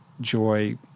joy